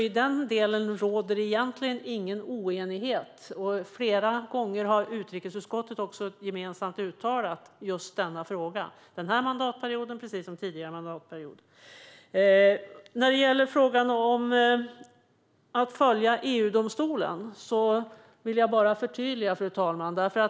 I den delen råder det egentligen ingen oenighet. Flera gånger har utrikesutskottet också gemensamt uttalat sig i just denna fråga - denna mandatperiod precis som tidigare mandatperioder. När det gäller frågan om att följa EU-domstolen vill jag bara göra ett förtydligande.